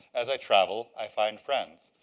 as i travel, i find friends.